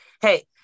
hey